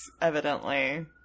evidently